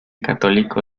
católico